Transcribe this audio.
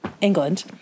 England